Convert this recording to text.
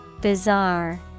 Bizarre